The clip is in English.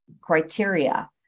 criteria